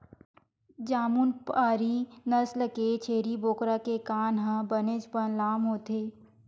जमुनापारी नसल के छेरी बोकरा के कान ह बनेचपन लाम होथे